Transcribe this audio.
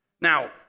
Now